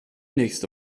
nächste